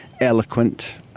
eloquent